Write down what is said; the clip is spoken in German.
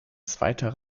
zweiter